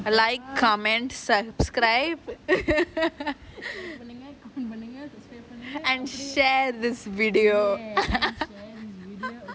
like comment subscribe and share this video